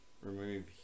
remove